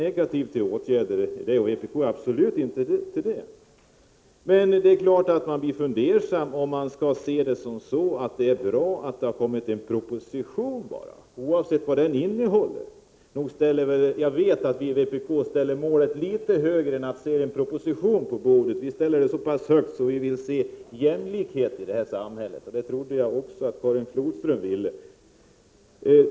Jag och vpk är absolut inte negativa till åtgärder. Men det är klart att man blir fundersam när en del anser att det är positivt bara att det har kommit en proposition, oavsett vad den innehåller. Viivpk sätter målet litet högre än att se en proposition på bordet. Vi sätter det så högt att vi vill se jämställdhet i samhället — det trodde jag att också Karin Flodström ville.